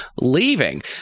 leaving